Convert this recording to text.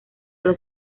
los